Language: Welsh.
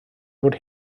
fod